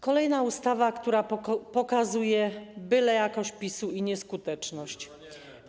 Kolejna ustawa, która pokazuje bylejakość PiS-u i nieskuteczność.